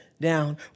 Down